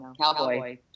cowboy